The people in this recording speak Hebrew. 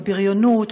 בבריונות,